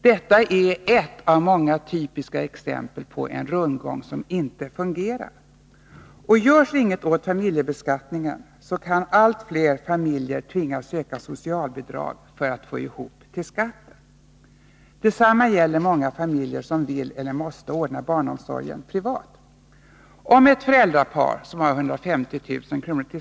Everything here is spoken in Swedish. Är inte detta ett typiskt exempel på en rundgång som inte fungerar? Görs inget åt familjebeskattningen kan allt fler familjer tvingas söka socialbidrag för att få ihop till skatten. Detsamma gäller många familjer som vill eller måste ordna barnomsorgen privat. Om ett föräldrapar med 150 000 kr.